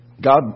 God